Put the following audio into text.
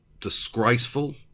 disgraceful